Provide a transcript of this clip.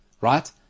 right